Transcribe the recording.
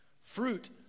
fruit